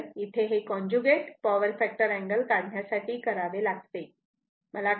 तर इथे हे कॉन्जुगेट पॉवर फॅक्टर अँगल काढण्यासाठी करावे लागते